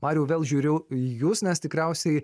mariau vėl žiūriu į jus nes tikriausiai